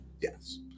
Yes